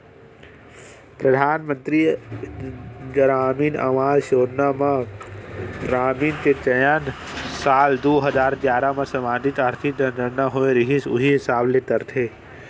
परधानमंतरी गरामीन आवास योजना म ग्रामीन के चयन साल दू हजार गियारा म समाजिक, आरथिक जनगनना होए रिहिस उही हिसाब ले करथे